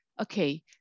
okay